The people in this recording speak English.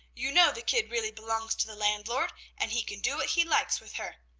you know the kid really belongs to the landlord and he can do what he likes with her.